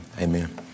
Amen